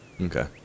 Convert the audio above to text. Okay